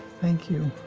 thank you.